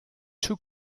too